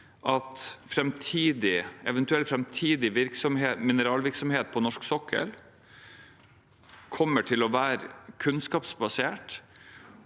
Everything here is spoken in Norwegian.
at eventuell framtidig mineralvirksomhet på norsk sokkel kommer til å være kunnskapsbasert,